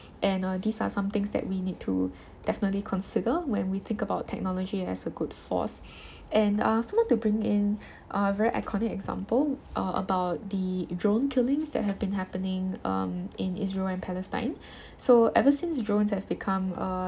and uh these are some things that we need to definitely consider when we think about technology as a good force and uh so I also want to bring in uh a very iconic example uh about the drone killings that have been happening um in Israel and Palestine so ever since drones have become err